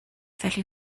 felly